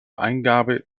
eingabe